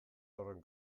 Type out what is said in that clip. horren